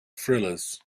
thrillers